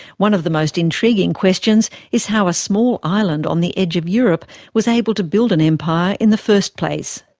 one of the most intriguing questions is how a small island on the edge of europe was able to build an empire in the first place.